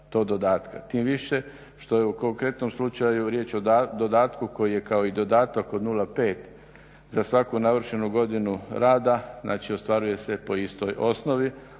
Tim više što je u konkretnom slučaju riječ o dodatku koji je kao i dodatak od 0,5 za svaku navršenu godinu rada, znači ostvaruje se po istoj osnovi,